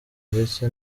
ndetse